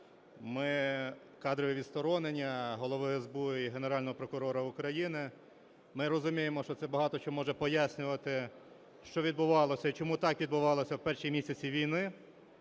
Ми… кадрові відсторонення голови СБУ і Генерального прокурора України, ми розуміємо, що це багато що може пояснювати, що відбувалося і чому так відбувалося в перші місяці війни,